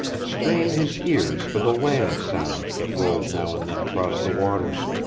strained his ears for the land sounds that rolled now and then across the waters.